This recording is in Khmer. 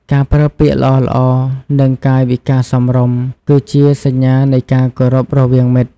ការប្រើពាក្យល្អៗ និងកាយវិការសមរម្យ គឺជាសញ្ញានៃការគោរពរវាងមិត្ត។